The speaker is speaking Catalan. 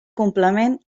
complement